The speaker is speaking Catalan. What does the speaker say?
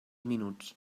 minuts